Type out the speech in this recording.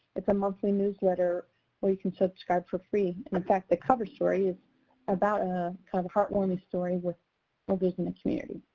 a monthly newsletter where you can subscribe for free. in fact, the cover story is about a kind of heartwarming story with elders in the community.